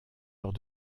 lors